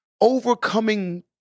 Overcoming